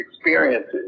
experiences